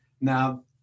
Now